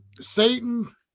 Satan